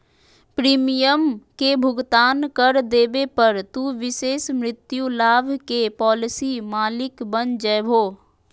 premium के भुगतान कर देवे पर, तू विशेष मृत्यु लाभ के पॉलिसी मालिक बन जैभो